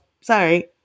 sorry